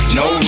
no